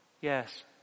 yes